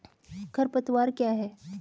खरपतवार क्या है?